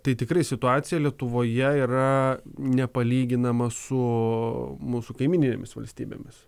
tai tikrai situacija lietuvoje yra nepalyginama su mūsų kaimyninėmis valstybėmis